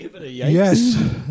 Yes